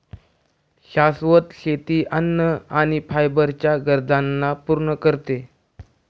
शाश्वत शेती अन्न आणि फायबर च्या गरजांना पूर्ण करते